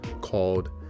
called